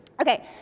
Okay